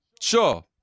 Sure